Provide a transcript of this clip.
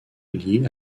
lié